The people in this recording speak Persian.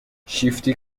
شیفتی